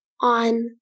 on